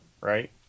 right